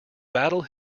battle